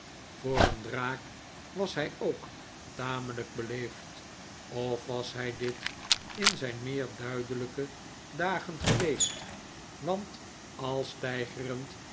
voor een draak was hij ook tamelijk beleefd of was hij dit in zijn meer duidelijke dagen geweest want al